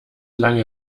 lange